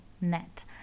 net